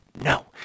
no